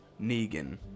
Negan